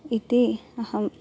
इति अहं